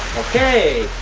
okay.